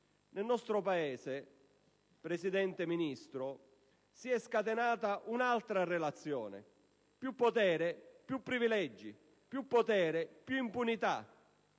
Nel nostro Paese, signor Presidente, signor Ministro, si è scatenata un'altra relazione: più potere, più privilegi; più potere, più impunità.